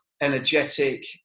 energetic